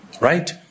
right